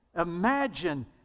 Imagine